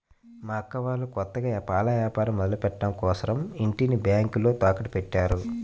మా అక్క వాళ్ళు కొత్తగా పాల వ్యాపారం మొదలుపెట్టడం కోసరం ఇంటిని బ్యేంకులో తాకట్టుపెట్టారు